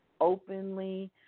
openly